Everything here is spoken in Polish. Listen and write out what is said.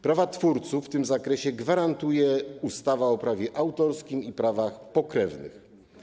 Prawa twórców w tym zakresie gwarantuje ustawa o prawie autorskim i prawach pokrewnych.